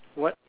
what